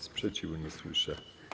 Sprzeciwu nie słyszę.